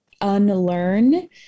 unlearn